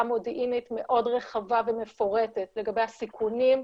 מודיעינית מאוד רחבה ומפורטת לגבי הסיכונים,